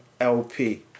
lp